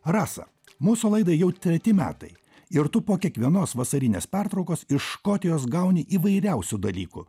rasa mūsų laidai jau treti metai ir tu po kiekvienos vasarinės pertraukos iš škotijos gauni įvairiausių dalykų